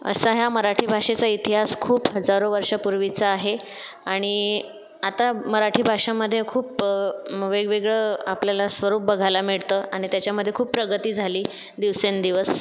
असा ह्या मराठी भाषेचा इतिहास खूप हजारो वर्षांपूर्वीचा आहे आणि आता मराठी भाषामध्ये खूप वेगवेगळं आपल्याला स्वरूप बघायला मिळतं आणि त्याच्यामधे खूप प्रगती झाली दिवसेंदिवस